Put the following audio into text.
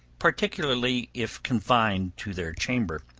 particularly if confined to their chamber,